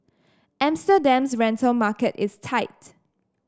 Amsterdam's rental market is tight